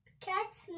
Cats